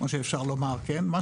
כמו שאפשר לומר: אם נאמר בכנות,